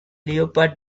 leopard